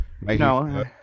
No